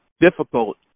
difficult